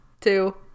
two